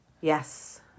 Yes